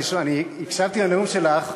אני הקשבתי לנאום שלך,